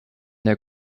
der